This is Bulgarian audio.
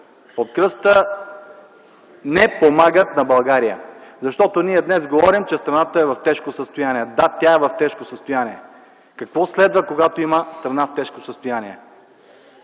под кръста, не помагате на България. Защото ние днес говорим, че страната е в тежко състояние. Да, тя е в тежко състояние. Какво следва, когато има страна в тежко състояние?